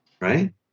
right